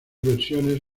versiones